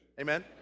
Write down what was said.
Amen